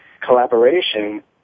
collaboration